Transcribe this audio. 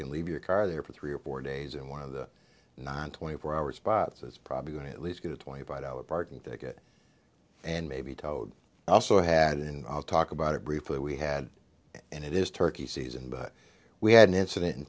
can leave your car there for three or four days in one of the nine twenty four hour spots it's probably going to at least get a twenty five dollars parking ticket and maybe towed also had and i'll talk about it briefly we had and it is turkey season but we had an incident in